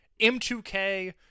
M2K